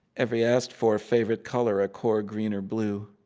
every asked-for favorite color a core green or blue.